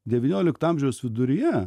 devyniolikto amžiaus viduryje